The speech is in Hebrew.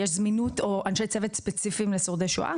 יש זמינות או אנשי צוות ספציפיים לשורדי שואה?